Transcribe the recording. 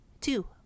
two